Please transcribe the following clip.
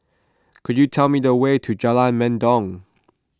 could you tell me the way to Jalan Mendong